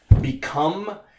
become